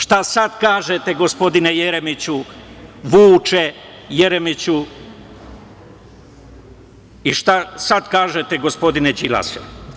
Šta sad kažete gospodine Jeremiću, Vuče Jeremiću i šta sad kažete gospodine Đilase?